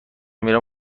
میرم